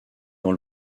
dans